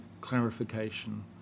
clarification